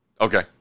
Okay